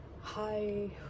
hi